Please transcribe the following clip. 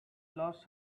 lost